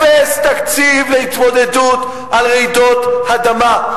אפס תקציב להתמודדות עם רעידות אדמה.